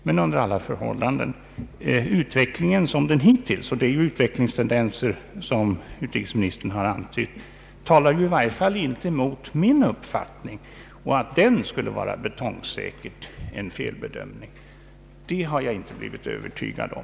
Men under alla förhållanden, utvecklingen hittills — och det är ju utvecklingstendenser som utrikesministern har antytt — talar i varje fall inte mot min uppfattning. Att den betongsäkert skulle vara en felbedömning har jag inte blivit övertygad om.